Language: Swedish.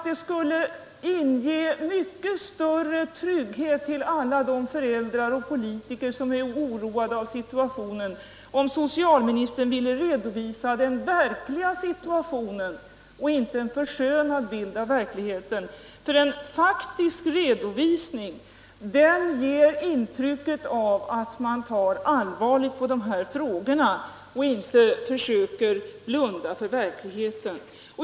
Det skulle inge mycket större trygghet för alla de föräldrar och politiker 4 som är oroade av situationen, om socialministern ville redovisa det verkliga läget och inte en förskönad bild av verkligheten. En faktisk redovisning visar att man tar allvarligt på dessa frågor och inte försöker blunda för verkligheten.